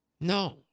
No